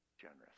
generous